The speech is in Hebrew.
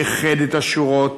איחד את השורות,